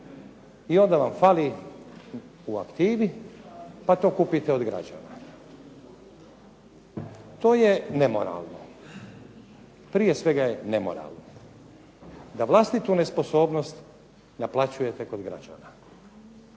onda vam fali u aktivi pa to kupite od građana. To je nemoralno. Prije svega je nemoralno da vlastitu nesposobnost naplaćujete kod građana.